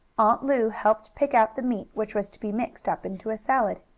aunt lu helped pick out the meat which was to be mixed up into a salad.